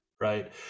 right